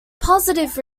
positive